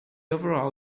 overall